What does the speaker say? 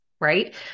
right